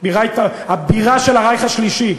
הבירה של הרייך השלישי.